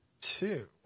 two